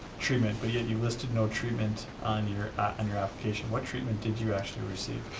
treatment, but yet you listed no treatment on your and your application. what treatment did you actually receive?